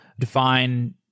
define